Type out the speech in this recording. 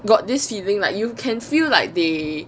got this feeling like you can feel like they